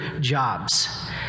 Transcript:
jobs